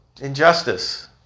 injustice